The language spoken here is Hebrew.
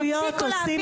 תפסיקו להפיץ